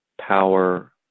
power